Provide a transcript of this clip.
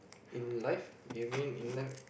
in life we mean in life